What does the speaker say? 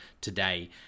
today